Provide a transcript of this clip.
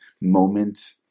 moment